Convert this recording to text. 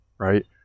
Right